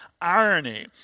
irony